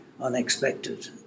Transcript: unexpected